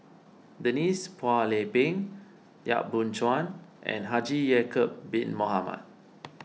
Denise Phua Lay Peng Yap Boon Chuan and Haji Ya'Acob Bin Mohamed